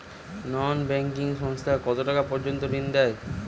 নন banking সংস্থা কতটাকা পর্যন্ত ঋণ দেয়?